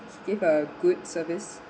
he give a good service